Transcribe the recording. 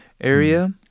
area